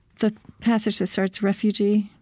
the passage that starts, refugee,